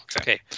Okay